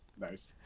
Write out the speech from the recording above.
nice